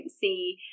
see